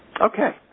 Okay